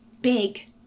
big